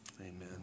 Amen